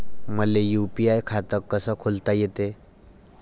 मले यू.पी.आय खातं कस खोलता येते?